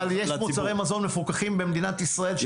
אבל יש מוצרי מזון מפוקחים במדינת ישראל שיש עליהם גם מע"מ.